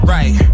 Right